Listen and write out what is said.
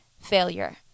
failure